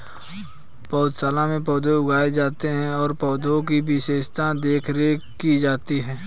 पौधशाला में पौधे उगाए जाते हैं और पौधे की विशेष देखरेख की जाती है